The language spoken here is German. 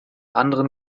anderen